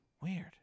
Weird